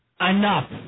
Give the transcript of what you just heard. Enough